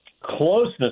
closeness